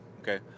Okay